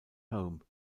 home